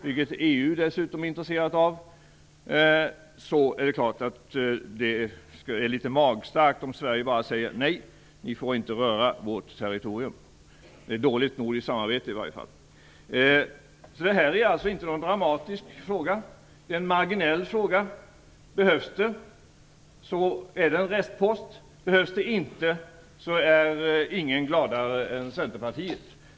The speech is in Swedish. Det är dessutom något som man är intresserad av i EU. Det är klart att det då vore litet magstarkt om vi i Sverige sade: Nej, ni får inte röra vårt territorium. Det vore i alla fall dåligt nordiskt samarbete. Detta är alltså inte någon dramatisk fråga. Det är en marginell fråga. Behövs gasen, så är det en restpost. Behövs den inte, så är ingen gladare än Centerpartiet.